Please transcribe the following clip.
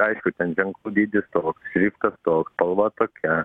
aišku ten ženklų dydis toks šriftas toks spalva tokia